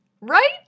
Right